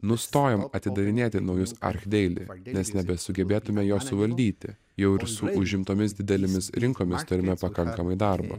nustojom atidarinėti naujus archdeili nebesugebėtume jo suvaldyti jau ir su užimtomis didelėmis rinkomis turime pakankamai darbo